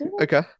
Okay